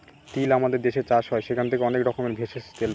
তিল আমাদের দেশে চাষ হয় সেখান থেকে অনেক রকমের ভেষজ, তেল পাই